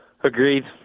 Agreed